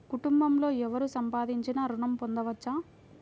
కుటుంబంలో ఎవరు సంపాదించినా ఋణం పొందవచ్చా?